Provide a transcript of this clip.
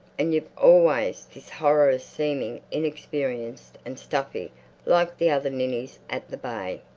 and you've always this horror of seeming inexperienced and stuffy like the other ninnies at the bay.